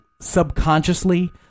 subconsciously